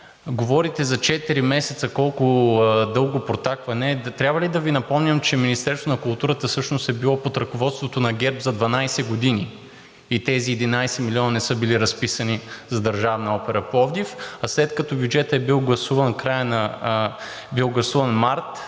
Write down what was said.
Говорите за четири месеца, колко дълго протакане е. Трябва ли да Ви напомням, че Министерството на културата всъщност е било под ръководството на ГЕРБ за 12 години. И тези 11 милиона не са били разписани за Държавна опера – Пловдив, а след като бюджетът е бил гласуван месец март,